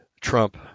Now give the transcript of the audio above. Trump